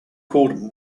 called